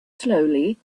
slowly